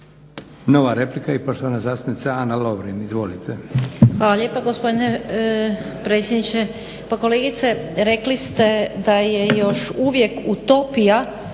Nova replika i poštovana zastupnica Ana Lovrin. Izvolite. **Lovrin, Ana (HDZ)** Hvala lijepo gospodine predsjedniče. Pa kolegice rekli ste da je još uvijek utopija